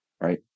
right